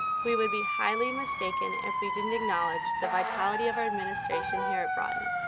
we would be highly mistaken if we didn't acknowledge the vitality of our administration here at broughton.